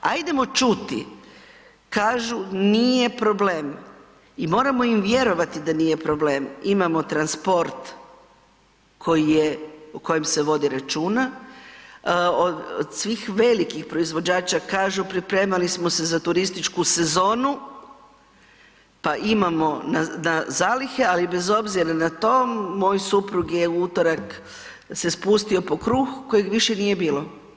Ajdemo čuti, kažu nije problem i moramo im vjerovati da nije problem, imamo transport koji je, o kojem se vodi računa, od svih velikih proizvođača kažu pripremali smo se za turističku sezonu, pa imamo na zalihe, ali bez obzira na to moj suprug je, u utorak se spustio po kruh kojeg više nije bilo.